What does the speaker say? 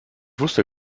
wusste